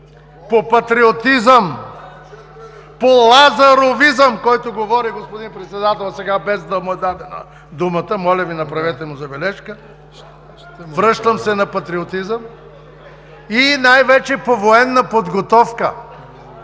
по патриотизъм, по лазаровизъм, по който говори господин Председателят сега, без да му е дадена думата. Моля Ви, направете му забележка. (Реплики.) Връщам се на патриотизъм и най-вече по военна подготовка.